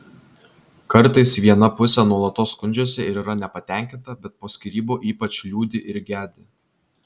kartais viena pusė nuolatos skundžiasi ir yra nepatenkinta bet po skyrybų ypač liūdi ir gedi